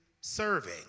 serving